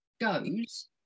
goes